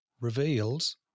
reveals